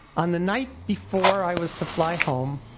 on the night before i was to fly home,